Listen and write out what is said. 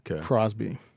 Crosby